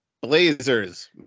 Blazers